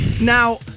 Now